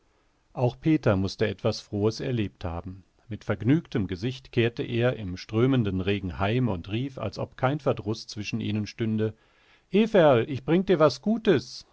auch peter mußte etwas frohes erlebt haben mit vergnügtem gesicht kehrte er im strömenden regen heim und rief als ob kein verdruß zwischen ihnen stünde everl ich bring dir was gutes